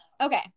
okay